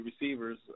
receivers